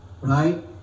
right